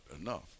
enough